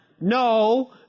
no